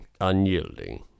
Unyielding